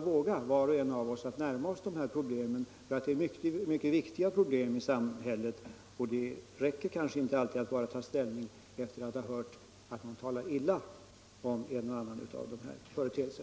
frågorna. Var och en av oss bör alltså våga att närma oss dessa företeelser. Det är mycket viktiga problem i samhället, och det räcker kanske inte alltid att ta ställning bara efter att ha hört någon tala illa om en och annan av dessa aktiviteter.